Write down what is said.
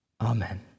Amen